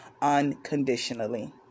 unconditionally